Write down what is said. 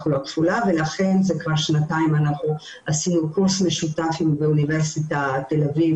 זה לא משנה אם זה באשפוז או בטיפול יום,